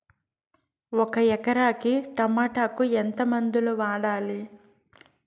ఒక ఎకరాకి టమోటా కు ఎంత మందులు వాడాలి?